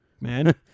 man